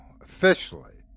officially